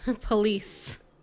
police